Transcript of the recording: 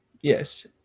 yes